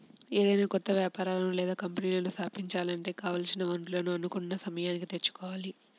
ఏదైనా కొత్త వ్యాపారాలను లేదా కంపెనీలను స్థాపించాలంటే కావాల్సిన వనరులను అనుకున్న సమయానికి తెచ్చుకోవాలి